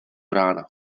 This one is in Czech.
rána